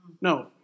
No